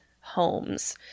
homes